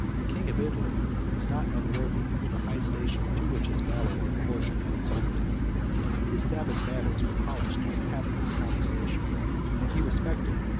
the king of italy was not unworthy of the high station to which his valor and fortune had exalted him his savage manners were polished by the habits of conversation and he respected,